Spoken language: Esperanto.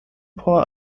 por